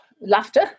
laughter